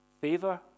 favor